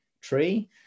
tree